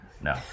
No